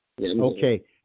Okay